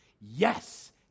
Yes